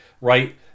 Right